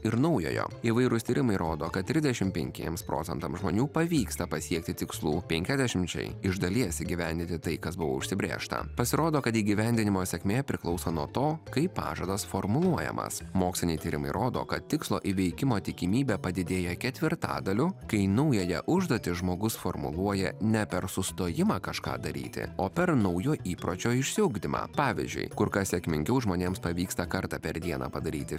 ir naujojo įvairūs tyrimai rodo kad tridešim penkiems procentams žmonių pavyksta pasiekti tikslų penkiasdešimčiai iš dalies įgyvendinti tai kas buvo užsibrėžta pasirodo kad įgyvendinimo sėkmė priklauso nuo to kaip pažadas formuluojamas moksliniai tyrimai rodo kad tikslo įveikimo tikimybė padidėja ketvirtadaliu kai naująją užduotį žmogus formuluoja ne per sustojimą kažką daryti o per naujo įpročio išsiugdymą pavyzdžiui kur kas sėkmingiau žmonėms pavyksta kartą per dieną padaryti